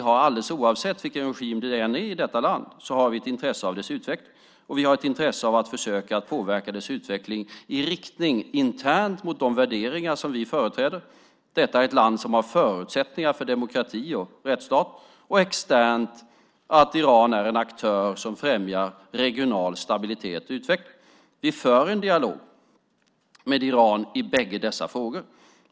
Alldeles oavsett vilken regim det är i detta land har vi ett intresse av dess utveckling, och vi har ett intresse av att försöka påverka dess interna utveckling i riktning mot de värderingar som vi företräder. Detta är ett land som har förutsättningar för demokrati och rättsstat. Externt har vi ett intresse av att Iran är en aktör som främjar regional stabilitet och utveckling. Vi för en dialog med Iran i båda dessa frågor.